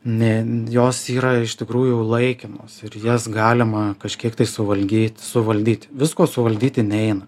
ne jos yra iš tikrųjų laikinos ir jas galima kažkiek tai suvaldyt suvaldyt visko suvaldyti neina